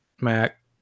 Mac